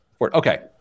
Okay